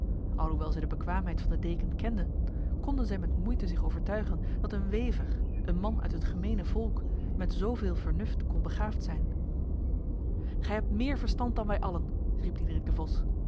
alhoewel zij de bekwaamheid van de deken kenden konden zij met moeite zich overtuigen dat een wever een man uit het gemene volk met zoveel vernuft kon begaafd zijn gij hebt meer verstand dan wij allen riep diederik de vos